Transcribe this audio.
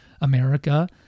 America